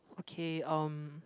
okay um